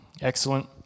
Excellent